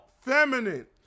feminine